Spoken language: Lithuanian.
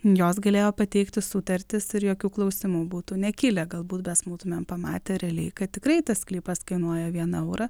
jos galėjo pateikti sutartis ir jokių klausimų būtų nekilę galbūt mes būtumėm pamatę realiai kad tikrai tas sklypas kainuoja vieną eurą